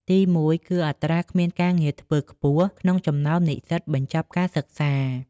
ទីមួយគឺ អត្រាគ្មានការងារធ្វើខ្ពស់ក្នុងចំណោមនិស្សិតបញ្ចប់ការសិក្សា។